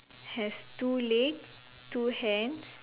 has two leg two hands